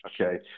Okay